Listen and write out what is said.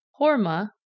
Horma